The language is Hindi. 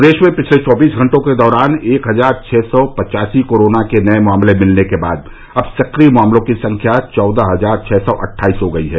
प्रदेश में पिछले चौबीस घंटों के दौरान एक हजार छह सौ पच्चासी कोरोना के नये मामले मिलने के बाद अब सक्रिय मामलों की संख्या चौदह हजार छह सौ अटठाइस हो गई है